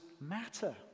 matter